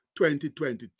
2022